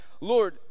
Lord